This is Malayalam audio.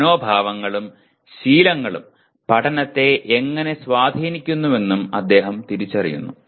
മനോഭാവങ്ങളും ശീലങ്ങളും പഠനത്തെ എങ്ങനെ സ്വാധീനിക്കുന്നുവെന്നും അദ്ദേഹം തിരിച്ചറിയുന്നു